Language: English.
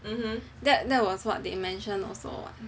that that was what they mention also [what]